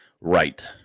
right